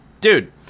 Dude